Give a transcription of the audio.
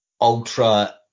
ultra